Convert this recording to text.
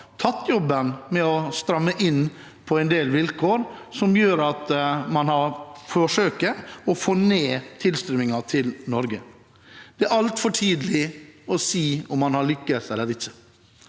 tatt jobben med å stramme inn på en del vilkår, noe som gjør at man kan forsøke å få ned tilstrømningen til Norge. Det er altfor tidlig å si om man har lyktes eller ikke,